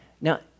Now